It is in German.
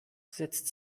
setzt